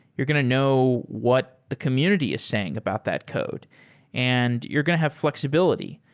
you're going to know what the community is saying about that code and you're going to have flexibility.